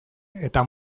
eta